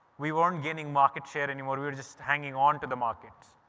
we weren't gaining market share anymore. we were just hanging on to the market.